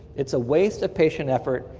it's a waste of patient effort,